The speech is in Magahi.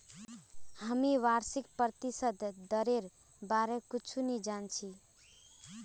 हामी वार्षिक प्रतिशत दरेर बार कुछु नी जान छि